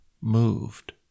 moved